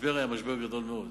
המשבר היה משבר גדול מאוד,